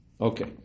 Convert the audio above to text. Okay